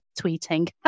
tweeting